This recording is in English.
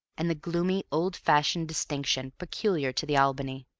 and the gloomy, old-fashioned distinction peculiar to the albany.